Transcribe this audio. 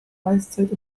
eiszeit